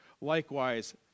Likewise